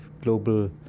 global